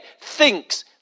thinks